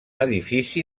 edifici